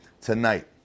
tonight